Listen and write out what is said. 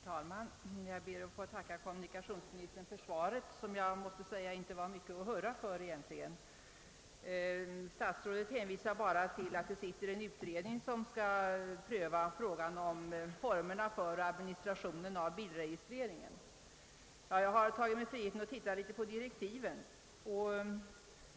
Herr talman! Jag ber att få tacka kommunikationsministern för svaret, som egentligen inte var mycket att hurra för. Statsrådet hänvisade bara till att det sitter en utredning, som skall pröva frågan om formerna för administrationen av bilregistreringen. Jag har tagit mig friheten att titta litet närmare på direktiven för denna utredning.